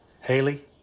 Haley